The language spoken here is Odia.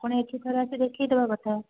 ଆପଣ ଏଠି ଥରେ ଆସି ଦେଖାଇ ଦେବା କଥା